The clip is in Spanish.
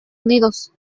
unidos